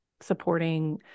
supporting